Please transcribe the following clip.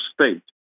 state